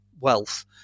wealth